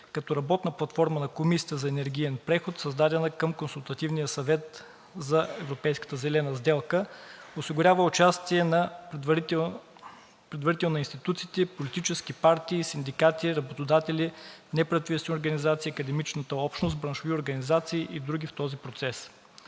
като работна платформа на Комисията за енергиен преход, създадена към Консултативния съвет за европейската зелена сделка, осигурява предварително участие на институциите, политическите партии, синдикатите, работодателите, неправителствените организации, академичната общност, браншовите организации и други в този процес.